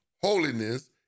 holiness